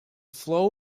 flow